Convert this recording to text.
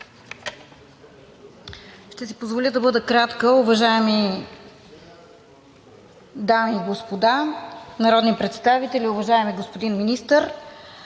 Ще си позволя да бъда кратка. Уважаеми дами и господа народни представители! Уважаеми господин Министър,